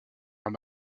leur